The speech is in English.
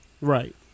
Right